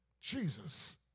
Jesus